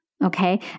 Okay